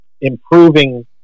improving